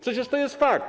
Przecież to jest fakt.